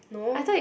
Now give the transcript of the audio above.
no